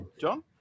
john